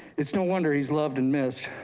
it's no wonder he's loved and missed.